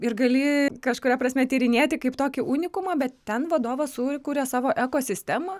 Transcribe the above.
ir gali kažkuria prasme tyrinėti kaip tokį unikumą bet ten vadovas suikuria savo ekosistemą